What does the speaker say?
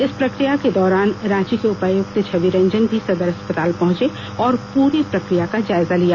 इस प्रक्रिया के दौरान रांची के उपायुक्त छवि रंजन भी सदर अस्पताल पहुंचे और पूरी प्रक्रिया का जायजा लिया